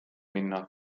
minna